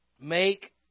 Make